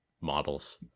models